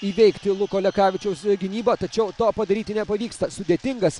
įveikti luko lekavičiaus gynybą tačiau to padaryti nepavyksta sudėtingas